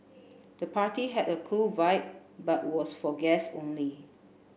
the party had a cool vibe but was for guests only